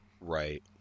Right